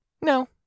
No